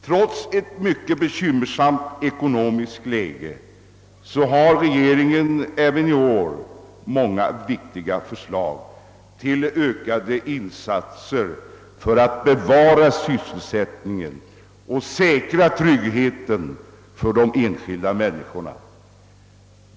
Trots ett mycket bekymmersamt ekonomiskt läge har regeringen även i år lagt fram många viktiga förslag till ökade insatser för att bevara sysselsättningen och säkra tryggheten för de enskilda människorna.